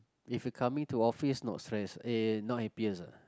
if you coming to office not stress eh not happiest ah